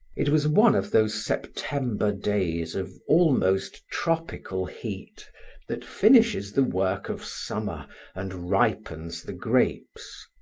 it was one of those september days of almost tropical heat that finishes the work of summer and ripens the grapes.